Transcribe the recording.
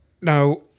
Now